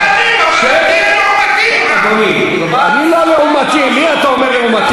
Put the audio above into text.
אנחנו לא מנהלים, אבל אל תהיה לעומתי,